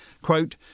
Quote